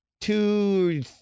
two